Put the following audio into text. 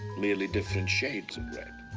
merely different shades of